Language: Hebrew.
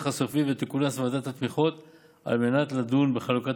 הסופי ותכונס ועדת התמיכות על מנת לדון בחלוקת